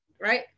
right